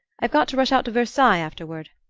i've got to rush out to versailles afterward.